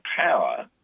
power